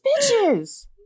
bitches